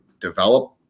develop